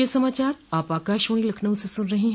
ब्रे क यह समाचार आप आकाशवाणी लखनऊ से सुन रहे हैं